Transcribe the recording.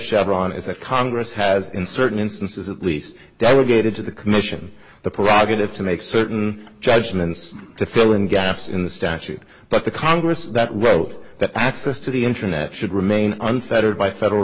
chevron is that congress has in certain instances at least delegated to the commission the prerogative to make certain judgments to fill in gaps in the statute but the congress that wrote that access to the internet should remain unfettered by federal